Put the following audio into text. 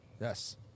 Yes